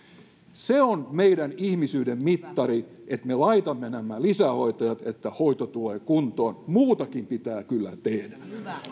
se on meidän ihmisyyden mittari että me laitamme nämä lisähoitajat että hoito tulee kuntoon muutakin pitää kyllä tehdä